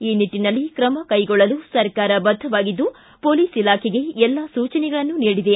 ಈ ನಿಟ್ಟಿನಲ್ಲಿ ಕ್ರಮ ಕೈಗೊಳ್ಳಲು ಸರ್ಕಾರ ಬದ್ಧವಾಗಿದ್ದು ಮೊಲೀಸ್ ಇಲಾಖೆಗೆ ಎಲ್ಲಾ ಸೂಚನೆಗಳನ್ನು ನೀಡಿದೆ